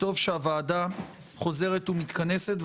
טוב שהוועדה חוזרת ומתכנסת.